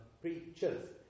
preachers